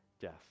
death